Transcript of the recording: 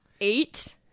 Eight